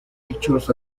pictures